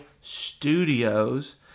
studios